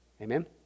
Amen